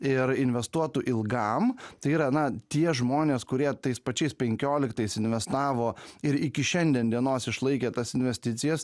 ir investuotų ilgam tai yra na tie žmonės kurie tais pačiais penkioliktais investavo ir iki šiandien dienos išlaikė tas investicijas